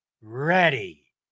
ready